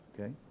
okay